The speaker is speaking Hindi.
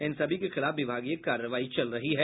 इन सभी के खिलाफ विभागीय कार्रवाई चल रही है